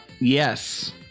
Yes